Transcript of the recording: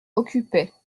occupait